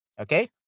Okay